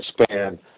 span